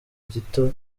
gito